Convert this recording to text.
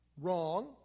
Wrong